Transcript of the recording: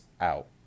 out